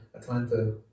Atlanta